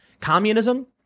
Communism